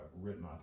written